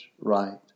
right